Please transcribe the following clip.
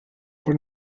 for